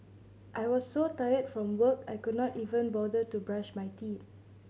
I was so tired from work I could not even bother to brush my teeth